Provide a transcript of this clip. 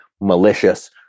malicious